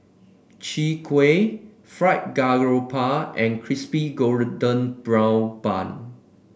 Chwee Kueh Fried Garoupa and Crispy Golden Brown Bun